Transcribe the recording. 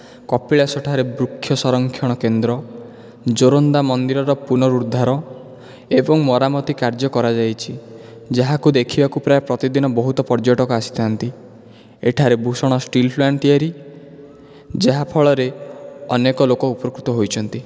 କପିଳାସ ଠାରେ ବୃକ୍ଷ ସଂରକ୍ଷଣ କେନ୍ଦ୍ର ଜୋରନ୍ଦା ମନ୍ଦିରର ପୁନରୁଦ୍ଧାର ଏବଂ ମରାମତି କାର୍ଯ୍ୟ କରାଯାଇଛି ଯାହାକୁ ଦେଖିବାକୁ ପ୍ରାୟ ପ୍ରତିଦିନ ବହୁତ ପର୍ଯ୍ୟଟକ ଆସିଥାନ୍ତି ଏଠାରେ ଭୂଷଣ ଷ୍ଟିଲ୍ ପ୍ଳାଣ୍ଟ ତିଆରି ଯାହାଫଳରେ ଅନେକ ଲୋକ ଉପକୃତ ହୋଇଛନ୍ତି